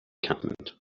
encampment